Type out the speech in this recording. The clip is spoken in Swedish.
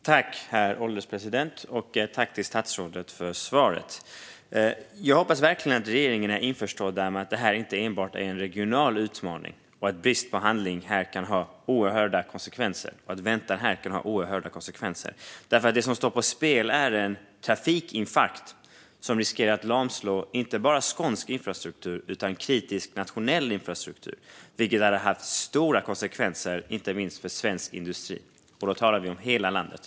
Herr ålderspresident! Jag tackar statsrådet för svaret. Jag hoppas verkligen att regeringen är införstådd med att det här inte enbart är en regional utmaning och att väntan och brist på handling kan få oerhörda konsekvenser. Det som riskerar att bli följden är en trafikinfarkt som lamslår inte bara skånsk infrastruktur utan även kritisk nationell infrastruktur, vilket skulle få stora konsekvenser, inte minst för svensk industri. Då talar vi om hela landet.